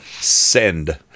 send